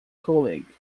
colleague